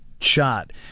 shot